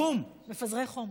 מפזרי חום.